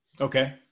Okay